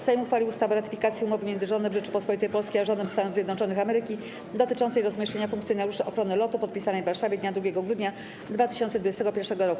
Sejm uchwalił ustawę o ratyfikacji Umowy między Rządem Rzeczypospolitej Polskiej a Rządem Stanów Zjednoczonych Ameryki dotyczącej rozmieszczenia funkcjonariuszy ochrony lotu, podpisanej w Warszawie dnia 2 grudnia 2021 r.